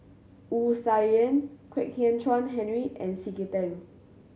Wu Tsai Yen Kwek Hian Chuan Henry and C K Tang